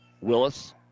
Willis